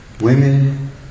Women